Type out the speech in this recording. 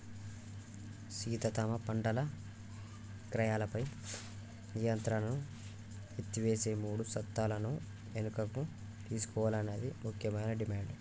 సీత తమ పంటల ఇక్రయాలపై నియంత్రణను ఎత్తివేసే మూడు సట్టాలను వెనుకకు తీసుకోవాలన్నది ముఖ్యమైన డిమాండ్